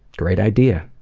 great idea.